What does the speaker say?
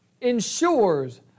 ensures